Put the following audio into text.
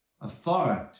authority